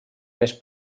més